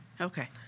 Okay